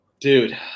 Dude